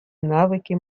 навыки